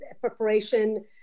preparation